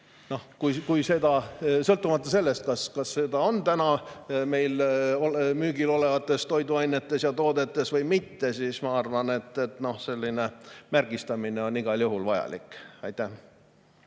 Nii et sõltumata sellest, kas neid on täna meil müügil olevates toiduainetes ja toodetes või mitte, ma arvan, et selline märgistamine on igal juhul vajalik. Martin